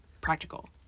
practical